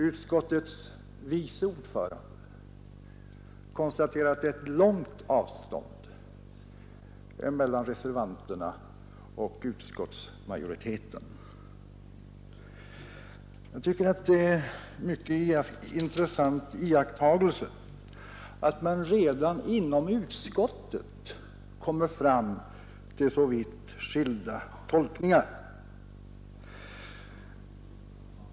Utskottets vice ordförande konstaterar att det är ett långt avstånd mellan reservanterna och utskottsmajoriteten. Jag tycker att det är en mycket intressant iakttagelse att man redan inom utskottet kommer fram till så vitt skilda tolkningar.